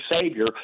savior